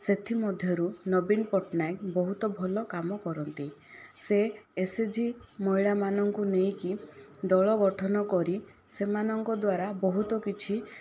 ସେଥିମଧ୍ୟରୁ ନବୀନ ପଟ୍ଟନାୟକ ବହୁତ ଭଲ କାମ କରନ୍ତି ସେ ଏସଏଚଜି ମହିଳାମାନଙ୍କୁ ନେଇକି ଦଳ ଗଠନ କରି ସେମାନଙ୍କ ଦ୍ଵାରା ବହୁତ କିଛି